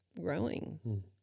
growing